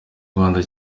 rwanda